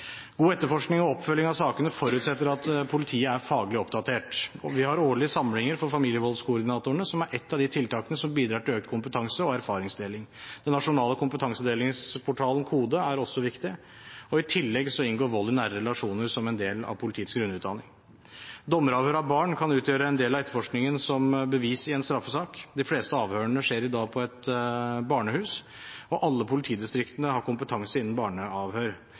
God etterforskning og oppfølging av sakene forutsetter at politiet er faglig oppdatert. Årlige samlinger for familievoldskoordinatorene er ett av tiltakene som bidrar til økt kompetanse og erfaringsdeling. Den nasjonale kompetansedelingsportalen KO:DE er også viktig. I tillegg inngår vold i nære relasjoner som en del av politiets grunnutdanning. Dommeravhør av barn kan utgjøre en del av etterforskningen som bevis i en straffesak. De fleste avhørene skjer i dag på et barnehus, og alle politidistriktene har kompetanse innen avhør av barn. Det har vært kritikk mot for lang ventetid for barneavhør.